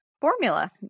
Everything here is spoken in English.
formula